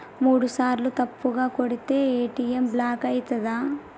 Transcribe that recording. మూడుసార్ల తప్పుగా కొడితే ఏ.టి.ఎమ్ బ్లాక్ ఐతదా?